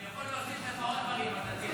אני יכול להוסיף לך עוד דברים --- אדוני,